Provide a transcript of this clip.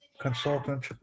consultant